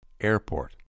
Airport